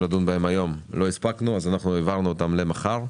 לדון בהן היום אז העברנו אותן למחר.